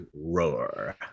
roar